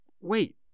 Wait